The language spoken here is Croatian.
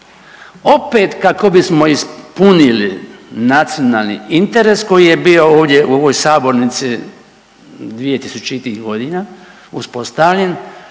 opet kako bismo ispunili nacionalni interes koji je bio ovdje u ovoj sabornici 2000-tih godina uspostavljen